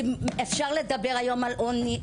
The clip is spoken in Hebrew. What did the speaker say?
אפשר לדבר היום על עוני,